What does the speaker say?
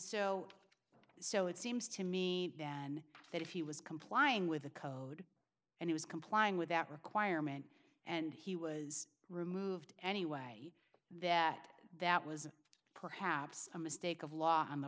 so so it seems to me than that if he was complying with the code and he was complying with that requirement and he was removed anyway that that was perhaps a mistake of law